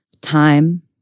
time